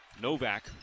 Novak